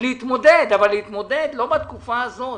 להתמודד אבל להתמודד לא בתקופה הזאת.